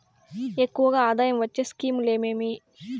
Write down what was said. ఎక్కువగా ఆదాయం వచ్చే స్కీమ్ లు ఏమేమీ?